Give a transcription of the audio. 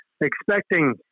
expecting